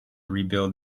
rebuild